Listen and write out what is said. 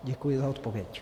Děkuji za odpověď.